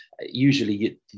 usually